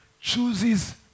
chooses